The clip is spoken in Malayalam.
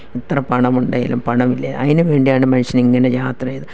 എത്ര പണം ഉണ്ടേലും പണമില്ലേലും അതിന് വേണ്ടിയാണ് മനുഷ്യനിങ്ങനെ യാത്ര ചെയ്ത്